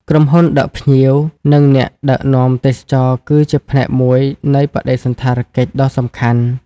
ក្រុមហ៊ុនដឹកភ្ញៀវ និងអ្នកដឹកនាំទេសចរគឺជាផ្នែកមួយនៃបដិសណ្ឋារកិច្ចដ៏សំខាន់។